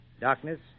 darkness